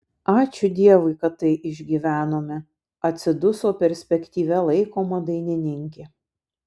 ačiū dievui kad tai išgyvenome atsiduso perspektyvia laikoma dainininkė